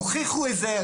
הוכיחו את זה.